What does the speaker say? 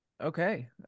okay